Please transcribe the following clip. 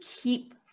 keep